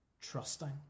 trusting